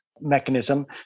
mechanism